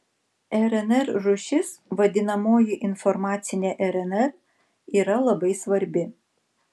rnr rūšis vadinamoji informacinė rnr yra labai svarbi